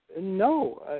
No